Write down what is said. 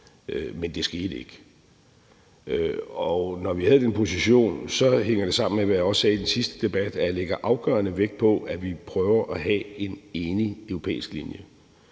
men det skete ikke. Når vi havde den position, hænger det sammen med, hvad jeg også sagde i den sidste debat, at jeg lægger afgørende vægt på, at vi prøver at have en enig europæisk linje.